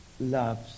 loves